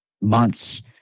months